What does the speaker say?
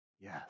Yes